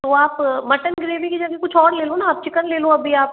तो आप mutton gravy की जगह कुछ और ले लो ना आप चिकन ले लो अभी आप